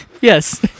yes